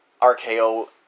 RKO